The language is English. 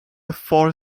four